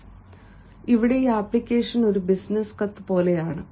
അതിനാൽ ഇവിടെ ഈ അപ്ലിക്കേഷൻ ഒരു ബിസിനസ്സ് കത്ത് പോലെയാണ്